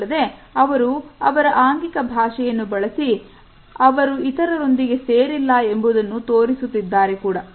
ಅಲ್ಲದೆ ಅವರು ಅವರ ಆಂಗಿಕ ಭಾಷೆಯನ್ನು ಬಳಸಿ ಅವರು ಇತರರೊಂದಿಗೆ ಸೇರಿಲ್ಲ ಎಂಬುದನ್ನು ತೋರಿಸುತ್ತಿದ್ದಾರೆ ಕೂಡ